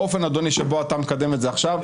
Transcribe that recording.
באופן שבו אתה מקדם את זה עכשיו,